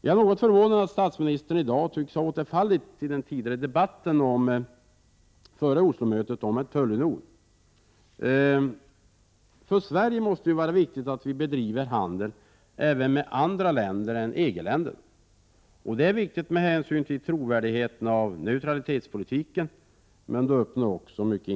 Jag är något förvånad över att statsministern i dag tycks ha återfallit till den tidigare debatten som fördes före Oslomötet om en tullunion. För Sveriges del är det viktigt att vi bedriver handel även med andra länder än EG-länderna. Det är viktigt med hänvisning till trovärdigheten i fråga om neutralitetspolitiken, och det öppnar också mycket